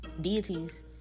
deities